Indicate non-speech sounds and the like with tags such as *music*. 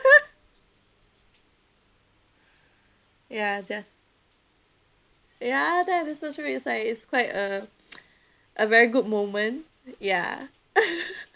*laughs* ya just ya that is so true it's like it's quite a *noise* a very good moment ya *laughs*